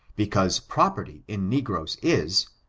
because property in negroes is,